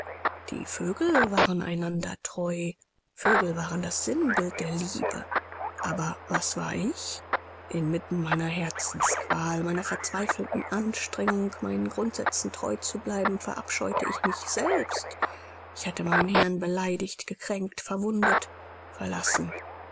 die vögel waren einander treu vögel waren das sinnbild der liebe aber was war ich inmitten meiner herzensqual meiner verzweifelten anstrengung meinen grundsätzen treu zu bleiben verabscheute ich mich selbst ich hatte meinen herrn beleidigt gekränkt verwundet verlassen